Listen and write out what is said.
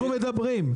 מדברים?